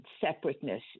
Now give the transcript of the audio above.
separateness